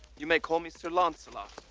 you may call me sir lancelot.